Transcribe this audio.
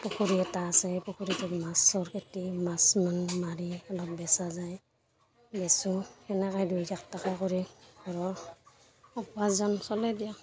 পুখুৰী এটা আছে পুখুৰীটোত মাছৰ খেতি মাছমান মাৰি অলপ বেচা যায় বেচোঁ সেনেকৈ দুই এক টাকা কৰি ঘৰৰ উপাৰ্জন চলে দিয়ক